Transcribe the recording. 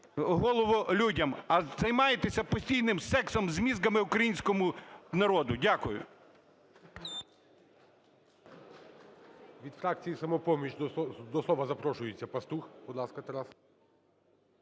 голову людям. Займаєтесь постійним сексом з мізками українського народу. Дякую.